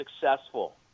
successful